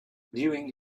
viewing